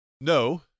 No